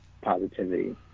positivity